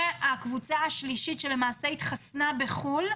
יש קבוצה שלישית שהתחסנה בחו"ל,